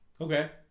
okay